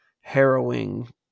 harrowing